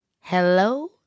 Hello